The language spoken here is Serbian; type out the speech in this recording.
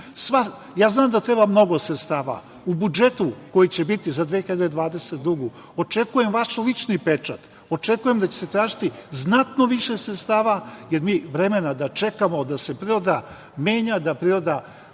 Znam da treba mnogo sredstava. U budžetu koji će biti za 2022. godinu očekujem vaš lični pečat. Očekujem da će se tražiti znatno više sredstava, jer mi vremena da čekamo da se priroda menja, da priroda